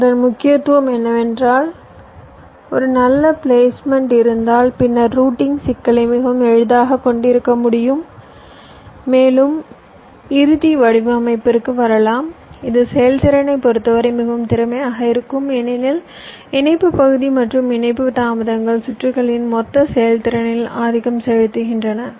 எனவே அதன் முக்கியத்துவம் என்னவென்றால் ஒரு நல்ல பிளேஸ்மெண்ட் இருந்தால் பின்னர் ரூட்டிங் சிக்கலை மிகவும் எளிதாகக் கொண்டிருக்க முடியும் மேலும் இறுதி வடிவமைப்பிற்கு வரலாம் இது செயல்திறனைப் பொறுத்தவரை மிகவும் திறமையாக இருக்கும் ஏனெனில் இணைப்பு பகுதி மற்றும் இணைப்பு தாமதங்கள் சுற்றுகளின் மொத்த செயல்திறனில் ஆதிக்கம் செலுத்துகின்றன